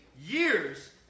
years